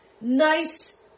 nice